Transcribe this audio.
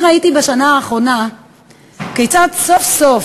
אני ראיתי בשנה האחרונה כיצד סוף-סוף,